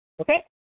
okay